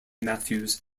matthews